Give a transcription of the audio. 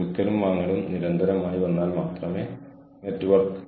ഇപ്പോൾ ഒരു വ്യക്തിയെന്ന നിലയിൽ എനിക്ക് ഇത് അവിടെയുണ്ട് എന്നറിയാം